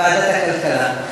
ועדת הכלכלה.